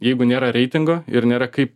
jeigu nėra reitingo ir nėra kaip